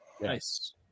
nice